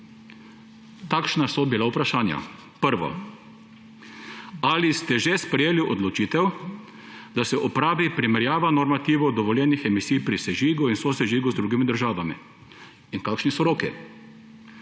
Takšna so bila vprašanja. Prvo: »Ali ste že sprejeli odločitev, da se opravi primerjava normativov dovoljenih emisij pri sežigu in sosežigu z drugimi državami in kakšni so roki?«